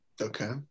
okay